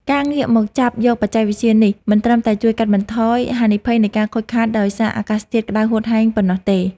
ការងាកមកចាប់យកបច្ចេកវិទ្យានេះ មិនត្រឹមតែជួយកាត់បន្ថយហានិភ័យនៃការខូចខាតដោយសារអាកាសធាតុក្ដៅហួតហែងប៉ុណ្ណោះទេ។